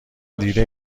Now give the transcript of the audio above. دیده